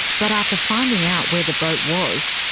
but after finding out where the boat was,